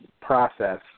process